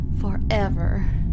forever